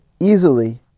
easily